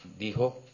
dijo